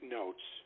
notes